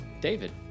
David